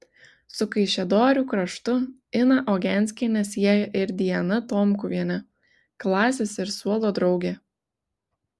su kaišiadorių kraštu iną ogenskienę sieja ir diana tomkuvienė klasės ir suolo draugė